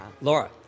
Laura